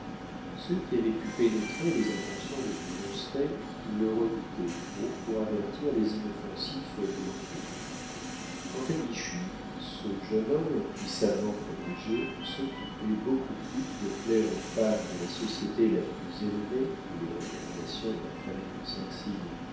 ceux qui avaient pu pénétrer les intentions de du ronceret le redoutaient trop pour avertir les inoffensifs blondet quant à michu ce jeune homme puissamment protégé s'occupait beaucoup plus de plaire aux femmes de la société la plus élevée où les recommandations de la famille de